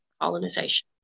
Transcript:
colonization